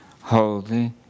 holy